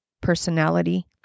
personality